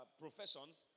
professions